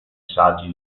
saggi